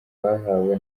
bahawe